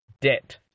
debt